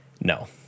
No